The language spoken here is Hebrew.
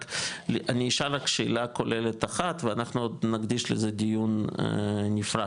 רק אני אשאל רק שאלה כוללת אחת ואנחנו נקדיש לזה דיון נפרד